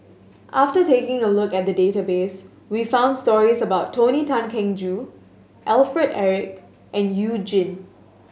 after taking a look at database we found stories about Tony Tan Keng Joo Alfred Eric and You Jin